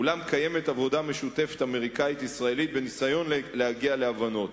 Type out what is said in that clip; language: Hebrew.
אולם קיימת עבודה משותפת אמריקנית-ישראלית בניסיון להגיע להבנות.